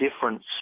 difference